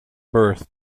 birth